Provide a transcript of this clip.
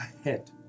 ahead